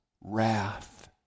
wrath